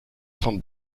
vom